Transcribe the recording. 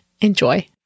Enjoy